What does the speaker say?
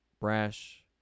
brash